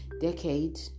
decade